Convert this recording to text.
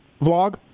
vlog